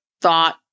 thought